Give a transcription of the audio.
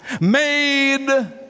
made